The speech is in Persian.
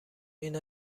این